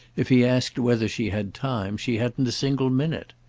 if he asked whether she had time she hadn't a single minute.